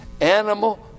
animal